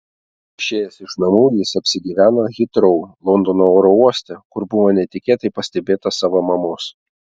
išėjęs iš namų jis apsigyveno hitrou londono oro uoste kur buvo netikėtai pastebėtas savo mamos